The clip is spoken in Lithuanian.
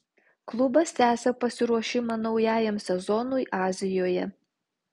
klubas tęsia pasiruošimą naujajam sezonui azijoje